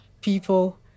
people